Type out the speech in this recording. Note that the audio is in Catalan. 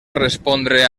respondre